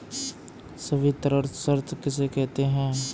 संवितरण शर्त किसे कहते हैं?